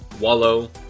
Wallow